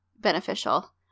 beneficial